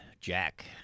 jack